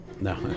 No